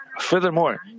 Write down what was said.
Furthermore